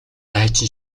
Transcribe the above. дайчин